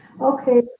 Okay